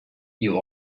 you